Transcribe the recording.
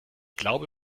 glaube